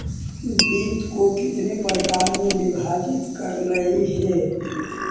वित्त को कितने प्रकार में विभाजित करलइ हे